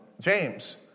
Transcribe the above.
James